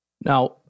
Now